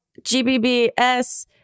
GBBS